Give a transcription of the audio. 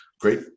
Great